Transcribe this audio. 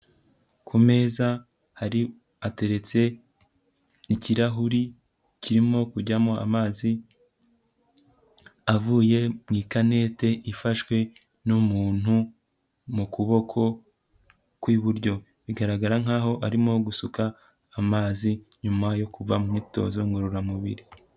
Ku meza hari hateretse ikirahuri kirimo kujyamo amazi avuye mu ikanete ifashwe n'umuntu mu kuboko kw'buryo, bigaragara nk'aho arimo gusuka amazi nyuma yo kuva myitozo ngororamubiri.